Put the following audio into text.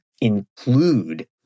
include